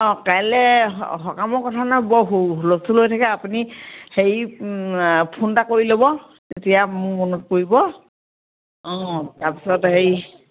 অঁ কাইলৈ সকামৰ কথা নহয় বৰ হূলস্থুল হৈ থাকে আপুনি হেৰি ফোন এটা কৰি ল'ব তেতিয়া মোৰ মনত পৰিব অঁ তাৰপিছত হেৰি